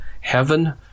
heaven